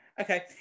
Okay